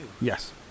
yes